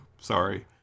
Sorry